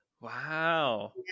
Wow